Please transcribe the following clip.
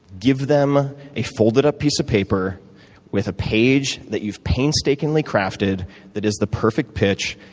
give them a folded-up piece of paper with a page that you've painstakingly crafted that is the perfect pitch.